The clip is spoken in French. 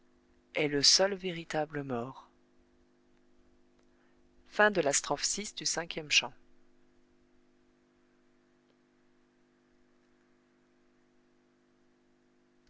est le seul véritable mort